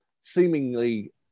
seemingly